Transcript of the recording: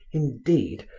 indeed,